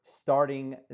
starting